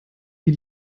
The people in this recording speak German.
die